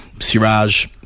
Siraj